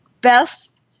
best